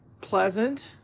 pleasant